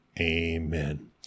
amen